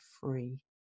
free